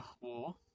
war